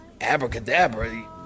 abracadabra